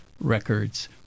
records